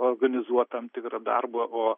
organizuot tam tikrą darbą o